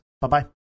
bye-bye